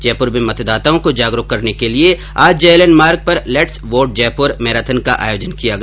जयपुर में मतदाताओं को जागरूक करने के लिए आज जेएलएन मार्ग पर लेट्स वोट जयपुर मैराथन का आयोजन किया गया